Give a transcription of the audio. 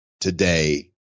today